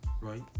right